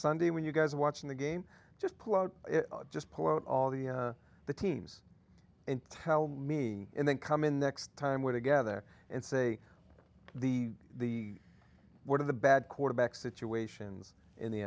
sunday when you guys watching the game just pull out just pull out all the the teams and tell me when they come in the next time we're together and say the word of the bad quarterback situations in the